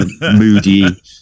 Moody